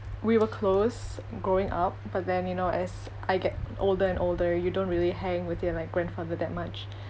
we were close growing up but then you know as I get older and older you don't really hang with your like grandfather that much